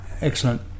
Excellent